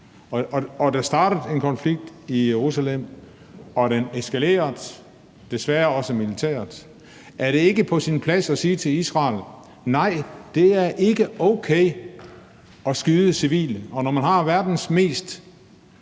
Der startede en konflikt i Jerusalem, og den eskalerede, desværre også militært. Er det så ikke på sin plads at sige til Israel: Nej, det er ikke okay at skyde civile? Og når man har verdens mest